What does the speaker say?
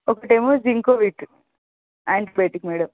ఒకటి ఏమో Zincovit antibiotic madam